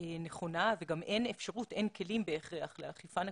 נכונה וגם אין אפשרות ואין בהכרח כלים לאכיפה נכונה.